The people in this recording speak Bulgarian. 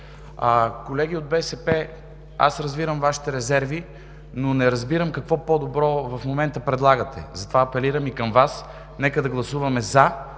Колеги от БСП, аз разбирам Вашите резерви, но не разбирам какво по-добро в момента предлагате. Затова апелирам и към Вас: нека да гласуваме „за“.